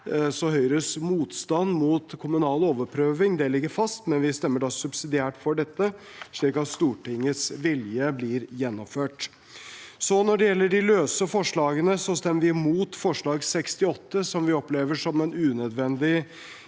Høyres motstand mot kommunal overprøving ligger fast, men vi stemmer subsidiært for dette, slik at Stortingets vilje blir gjennomført. Når det gjelder de løse forslagene, stemmer vi imot forslag nr. 68. Vi opplever at det er unødvendig